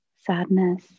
sadness